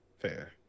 Fair